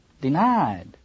denied